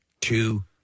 two